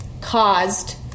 caused